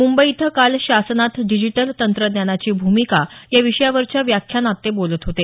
मुंबई इथं काल शासनात डिजिटल तंत्रज्ञानाची भूमिका या विषयावरच्या व्याख्यानात ते बोलत होते